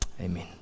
amen